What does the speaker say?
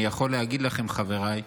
אני יכול להגיד לכם, חבריי,